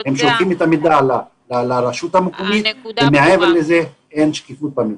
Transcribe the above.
הם שולחים את המידע לרשות המקומית ומעבר לזה אין שקיפות במידע.